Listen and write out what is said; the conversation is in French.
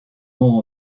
membres